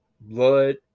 Blood